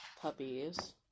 puppies